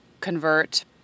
convert